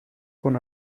con